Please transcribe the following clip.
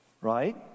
Right